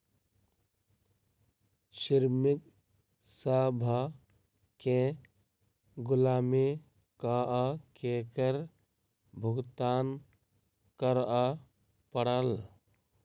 श्रमिक सभ केँ गुलामी कअ के कर भुगतान करअ पड़ल